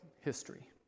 history